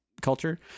culture